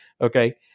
Okay